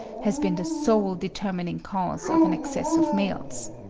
has been the sole determining cause of an excess of males.